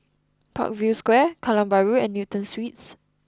Parkview Square Kallang Bahru and Newton Suites